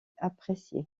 appréciée